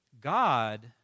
God